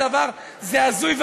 זה הזוי,